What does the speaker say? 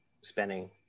spending